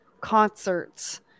concerts